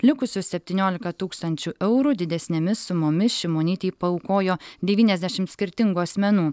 likusius septyniolika tūkstančių eurų didesnėmis sumomis šimonytei paaukojo devyniasdešimt skirtingų asmenų